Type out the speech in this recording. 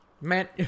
Man